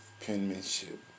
penmanship